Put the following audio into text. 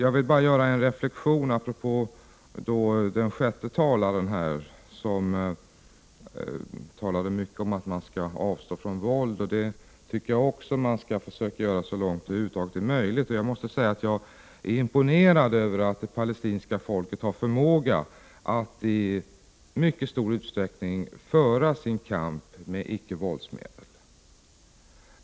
Apropå vad den sjätte talaren sade vill jag göra en reflexion. Han talade mycket om att man bör avstå från våld. Även jag tycker att man så långt möjligt skall avstå från våld. Jag måste säga att jag är imponerad över att det palestinska folket har förmåga att i mycket stor utsträckning föra sin kamp med icke-våldsmedel.